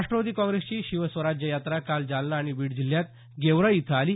राष्ट्रवादी काँग्रेसची शिवस्वराज्य यात्रा काल जालना आणि बीड जिल्ह्यात गेवराई इथं आली